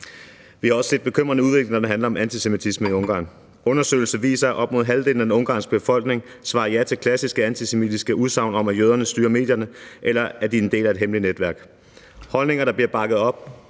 Vi har også set en bekymrende udvikling, når det handler om antisemitisme i Ungarn. Undersøgelser viser, at op mod halvdelen af den ungarske befolkning svarer ja til klassiske antisemitiske udsagn om, at jøderne styrer medierne, eller at de er en del af et hemmeligt netværk – holdninger, der bliver bakket op